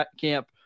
Camp